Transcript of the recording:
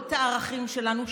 לא את הערכים שלנו,